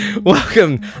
Welcome